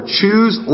choose